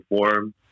perform